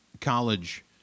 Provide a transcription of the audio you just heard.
college